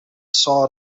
saw